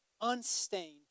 unstained